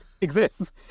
exists